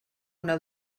una